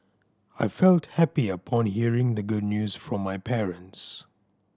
I felt happy upon hearing the good news from my parents